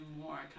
more